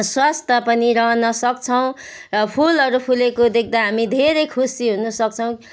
स्वास्थ्य पनि रहन सक्छौँ फुलहरू फुलेको देख्दा हामी धेरै खुसी हुन सक्छौँ